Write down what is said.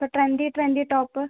ഇപ്പം trendy trendy top